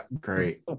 great